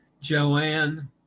Joanne